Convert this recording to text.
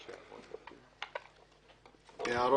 הערות?